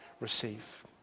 receive